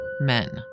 men